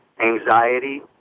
anxiety